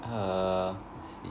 err